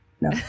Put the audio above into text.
No